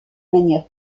manière